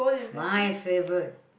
my favourite